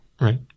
right